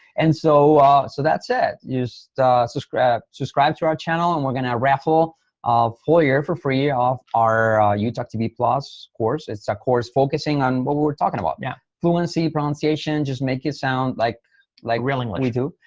and so ah so that's it. so subscribe subscribe to our channel. and we're going to raffle off foyer for free off our you talked to me plus course. it's a course focusing on what we were talking about. yeah. fluency, pronunciation. just make it sound like like really what we do.